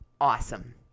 awesome